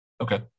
Okay